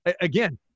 again